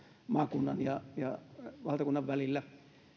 maakunnan ja ja valtakunnan välillä